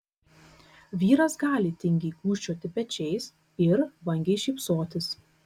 vyras gali tingiai gūžčioti pečiais ir vangiai šypsotis